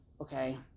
okay